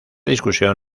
discusión